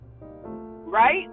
right